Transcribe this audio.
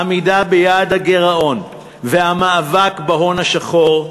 עמידה ביעד הגירעון והמאבק בהון השחור,